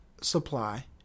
supply